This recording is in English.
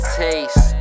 taste